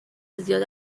زیاد